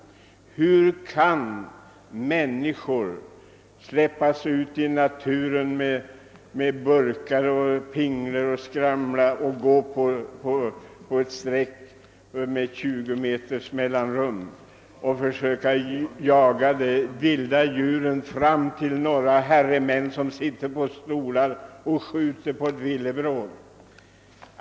Hur kan människor släppas ut i naturen med burkar och pinglor för att skramla och gå på linje med 20 meters mellanrum i syfte att jaga de vilda djuren fram till några herremän som sitter på stolar och skjuter på villebrådet?